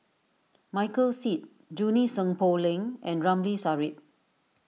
Michael Seet Junie Sng Poh Leng and Ramli Sarip